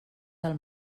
del